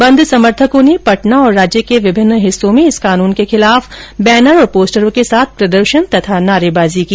बंद समर्थकों ने पटना तथा राज्य के विभिन्न हिस्सों में इस कानून के खिलाफ बैनर और पोस्टरों के साथ प्रदर्शन तथा नारेबाजी की